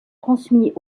transmis